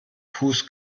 fuß